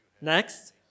Next